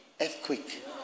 Earthquake